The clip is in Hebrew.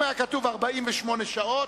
אם היה כתוב 48 שעות,